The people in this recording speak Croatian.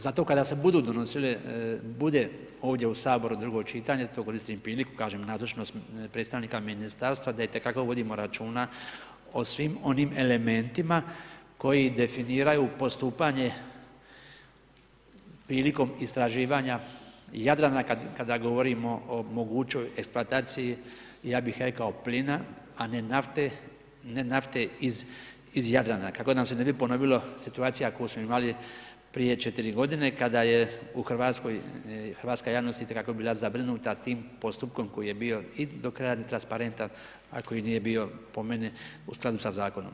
Zato kada bude ovdje u Saboru drugo čitanje, to koristim priliku, kažem nazočnost predstavnika ministarstva, da itekako vodimo računa o svim onim elementima koji definiraju postupanje prilikom istraživanja Jadrana kada govorimo o mogućoj eksploataciji ja bih rekao plina a ne nafte iz Jadrana kako nam se ne bi ponovilo situacija koju smo imali prije 4 godine kada je u Hrvatskoj hrvatska javnost itekako bila zabrinuta tim postupkom koji je bio i do kraja netransparentan a koji nije bio po meni u skladu sa zakonom.